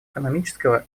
экономического